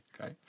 Okay